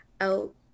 out